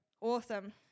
Awesome